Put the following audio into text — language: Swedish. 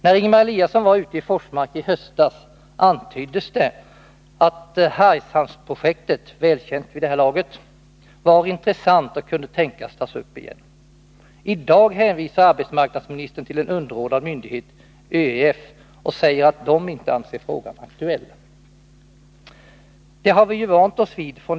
När Ingemar Eliasson var ute i Forsmark i höstas antyddes det att Hargshamnsprojektet, som är välkänt vid det här laget, var intressant och kunde tänkas tas upp igen. I dag hänvisar arbetsmarknadsministern till en underordnad myndighet, ÖEF, och säger att den inte anser frågan aktuell. Det här är ju någonting som vi har vant oss vid.